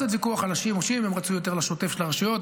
אלא זה היה ויכוח על השימושים: הם רצו יותר לשוטף של הרשויות,